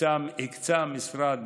המשרד